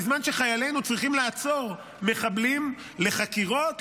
בזמן שחיילינו צריכים לעצור מחבלים לחקירות,